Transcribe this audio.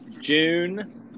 June